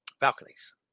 balconies